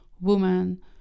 woman